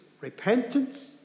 Repentance